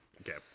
Okay